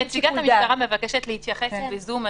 נציגת המשטרה מבקשת להתייחס לזה בזום.